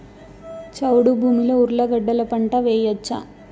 చౌడు భూమిలో ఉర్లగడ్డలు గడ్డలు పంట వేయచ్చా?